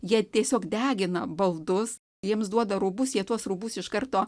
jie tiesiog degina baldus jiems duoda rūbus jie tuos rūbus iš karto